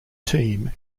team